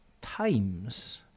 times